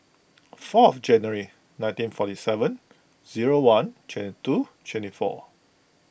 fourth January nineteen forty seven zero one twenty two twenty four